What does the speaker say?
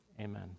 amen